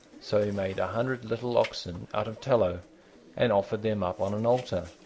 so he made a hundred little oxen out of tallow and offered them up on an altar,